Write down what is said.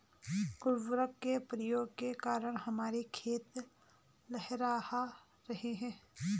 उर्वरक के प्रयोग के कारण हमारे खेत लहलहा रहे हैं